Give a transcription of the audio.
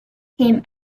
came